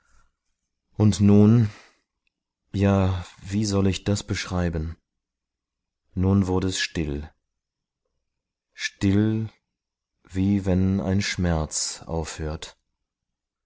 und nun ja wie soll ich das beschreiben nun wurde es still still wie wenn ein schmerz aufhört